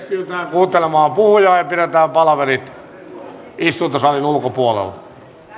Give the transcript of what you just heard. kuuntelemaan puhujaa ja pidetään palaverit istuntosalin ulkopuolella